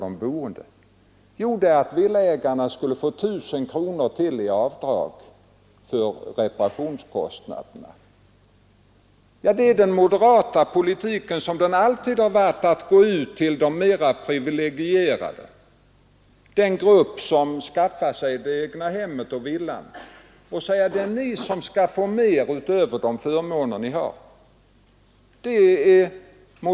Det kommer inte att utgå några statliga lån till s.k. lyxsaneringar, utan vi syftar till att saneringen skall anpassas så, att den kan nå ut till de grupper som vi verkligen vill åstadkomma förbättringar för. Saneringen skall styras av kommunerna, som skall göra upp bostadssaneringsprogram.